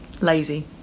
lazy